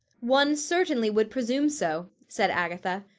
one certainly would presume so, said agatha.